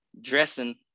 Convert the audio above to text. dressing